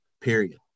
period